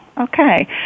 Okay